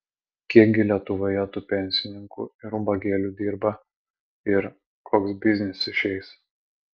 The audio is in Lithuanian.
kiek gi lietuvoje tų pensininkų ir ubagėlių dirba ir koks biznis išeis